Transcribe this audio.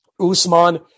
Usman